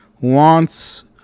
wants